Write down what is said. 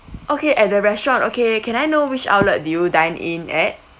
okay at the restaurant okay can I know which outlet did you dine in at